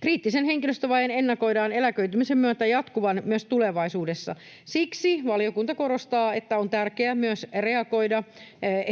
Kriittisen henkilöstövajeen ennakoidaan eläköitymisen myötä jatkuvan myös tulevaisuudessa. Siksi valiokunta korostaa, että on tärkeää myös reagoida